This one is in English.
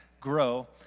grow